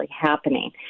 happening